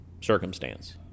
circumstance